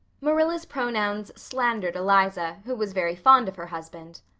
marilla's pronouns slandered eliza, who was very fond of her husband.